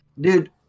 Dude